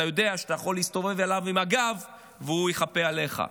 אתה יודע שאתה יכול להסתובב אליו עם הגב והוא יחפה עליך.